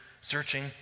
searching